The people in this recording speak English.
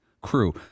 crew